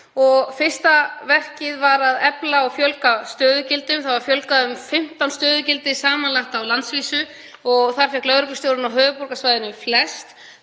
Fyrsta verkið var að efla og fjölga stöðugildum. Það var fjölgað um 15 stöðugildi samanlagt á landsvísu og lögreglustjórinn á höfuðborgarsvæðinu fékk